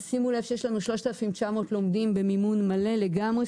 שימו לב שיש לנו 3,900 לומדים במימון מלא לגמרי,